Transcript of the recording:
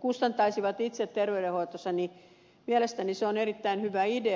kustantaisivat itse terveydenhoitonsa niin mielestäni se on erittäin hyvä idea